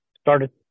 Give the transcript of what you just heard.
Started